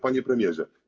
Panie Premierze!